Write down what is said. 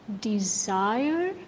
desire